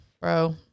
Bro